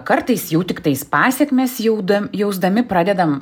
kartais jau tiktais pasekmes jau da jausdami pradedam